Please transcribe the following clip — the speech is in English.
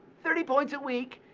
thirty points a week,